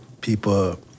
people